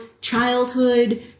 childhood